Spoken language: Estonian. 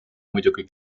muidugi